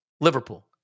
Liverpool